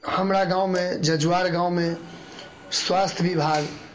हमरा गाममे जजुआर गाममे स्वास्थ्य विभाग